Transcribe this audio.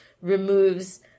removes